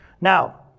Now